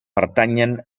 pertanyen